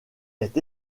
est